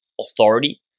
authority